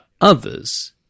others